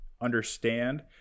understand